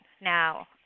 now